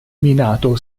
minato